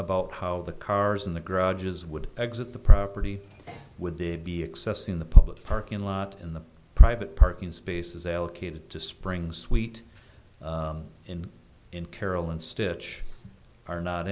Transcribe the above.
about how the cars in the grudges would exit the property would they be accessing the public parking lot in the private parking spaces allocated to spring suite in in carolyn stitch are not